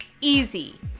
easy